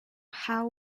how